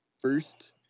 first